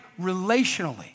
relationally